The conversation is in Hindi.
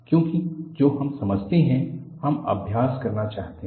क्योंकि जो हम समझते हैं हम अभ्यास करना चाहते हैं